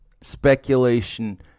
speculation